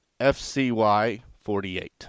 FCY48